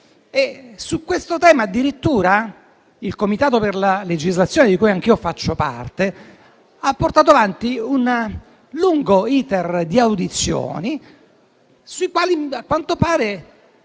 su questo tema addirittura il Comitato per la legislazione, di cui anch'io faccio parte, ha portato avanti un lungo *iter* di audizioni rispetto alle quali, a quanto pare,